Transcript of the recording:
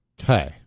Okay